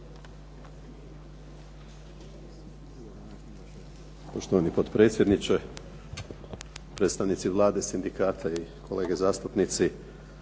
Poštovani potpredsjedniče, predstavnici Vlade, sindikata, kolege zastupnici.